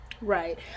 Right